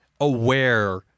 aware